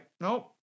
Nope